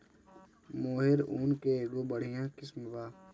मोहेर ऊन के एगो बढ़िया किस्म बा